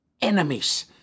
enemies